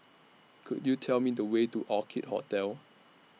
Could YOU Tell Me The Way to Orchid Hotel